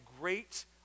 great